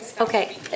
Okay